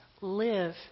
live